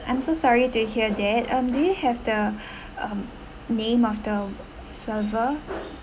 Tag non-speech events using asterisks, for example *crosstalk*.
I'm so sorry to hear that um do you have the *breath* um name of the server